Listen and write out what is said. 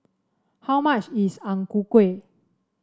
how much is Ang Ku Kueh